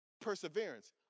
perseverance